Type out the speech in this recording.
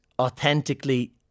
authentically